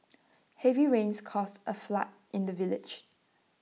instead miss low said they gladly take on each request as A culinary challenge to better their knowledge